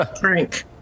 drink